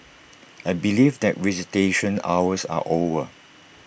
I believe that visitation hours are over